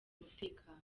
umutekano